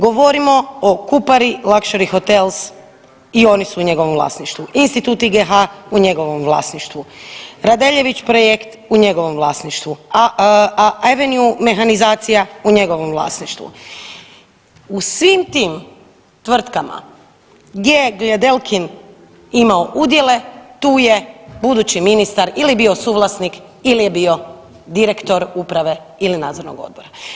Govorimo o Kupari Luxury Hotels i oni su u njegovom vlasništvu, Institut IGH u njegovom vlasništvu, Radeljević projekt u njegovom vlasništvu, a Avenue mehanizacija u njegovom vlasništvu u svim tim tvrtkama gdje Gljadelkin imao udjele tu je budući ministar ili je bio suvlasnik ili je bio direktor uprave ili nadzornog odbora.